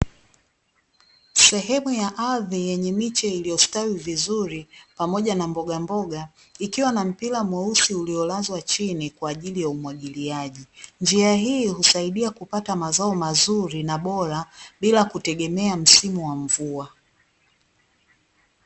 Sehemu ya ardhi yenye miche iliyostawi vizuri ,pamoja na mbogamboga ikiwa na mpira mweusi uliolazwa chini kwaajili ya umwagiliaji ,njia hii husaidia kupata mazao mazuri na bora bila kutegemea msimu wa mvua.